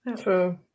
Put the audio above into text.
True